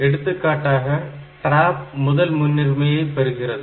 எடுத்துக்காட்டாக TRAP முதல் முன்னுரிமையை பெறுகிறது